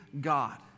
God